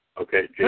Okay